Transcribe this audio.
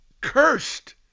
cursed